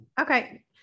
okay